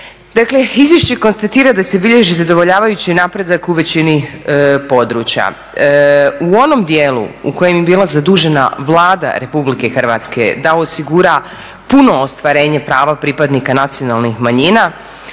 izvješće konstatira da se bilježi zadovoljavajući napredak u većini područja. U onom dijelu u kojem je bila zadužena Vlada Republike Hrvatske da osigura puno ostvarenje prava pripadnika nacionalnih manjina